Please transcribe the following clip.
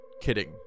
kidding